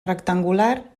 rectangular